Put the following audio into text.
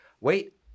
wait